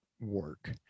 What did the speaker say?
work